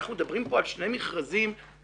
אנחנו מדברים פה על שני מכרזים באיתנים